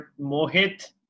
Mohit